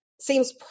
seems